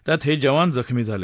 त्यात हे जवान जखमी झाले